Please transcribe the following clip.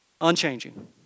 unchanging